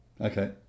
Okay